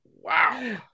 Wow